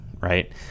right